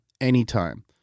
anytime